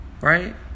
right